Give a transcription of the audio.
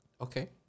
Okay